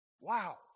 wow